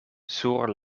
sur